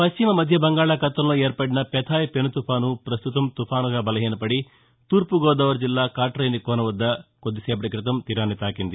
పశ్చిమ మధ్య బంగాళాఖాతంలో ఏర్పడిన పెథాయ్ పెను తుపాను పస్తుతం తుపానుగా బలహీనపడి తూర్పుగోదావరి జిల్లా కాటేనికోన వద్ద కొద్దిసేపటి క్రితం తీరాన్ని తాకింది